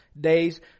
day's